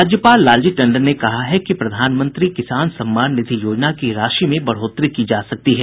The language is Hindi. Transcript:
राज्यपाल लालजी टंडन ने कहा है कि प्रधानमंत्री किसान सम्मान निधि योजना की राशि में बढ़ोतरी की जा सकती है